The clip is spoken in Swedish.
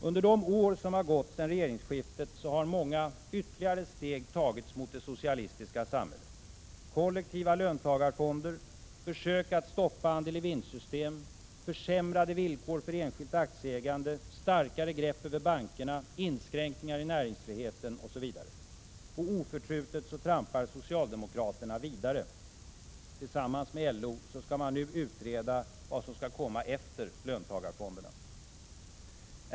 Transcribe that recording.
Under de år som gått sedan regeringsskiftet har många ytterligare steg tagits mot det socialistiska samhället. Kollektiva löntagarfonder, försök att stoppa andel-i-vinst-system, försämrade villkor för enskilt aktieägande, starkare grepp över bankerna, inskränkningar i näringsfriheten m.m. Och oförtrutet trampar socialdemokraterna vidare: tillsammans med LO skall man nu utreda vad som skall komma efter löntagarfonderna.